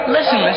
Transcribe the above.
Listen